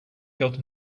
felt